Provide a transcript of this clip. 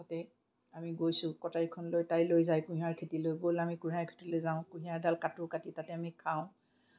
কাষতে আমি গৈছোঁ কটাৰীখন লৈ তাই যায় কুঁহিয়াৰ খেতিলৈ ব'ল আমি কুঁহিয়াৰ খেতিলৈ যাওঁ কুঁহিয়াৰডাল কাটোঁ কাটি তাতে আমি খাওঁ